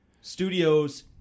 studios